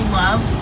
love